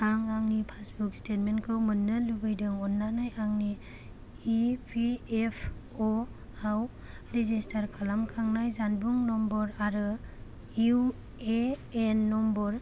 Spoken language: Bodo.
आं आंनि पासबुक स्टेटमेन्टखौ मोन्नो लुबैदों अन्नानै आंनि इ पि एफ अ' आव रेजिस्टार खालामखानाय जानबुं नम्बर आरो इउ ए एन नम्बर